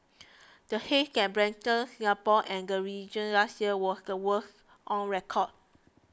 the haze that blanketed Singapore and the region last year was the worst on record